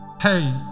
Hey